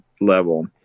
level